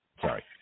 Sorry